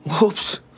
whoops